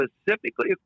specifically